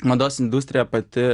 mados industrija pati